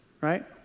right